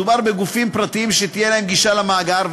מדובר בגופים פרטיים שתהיה להם גישה למאגר,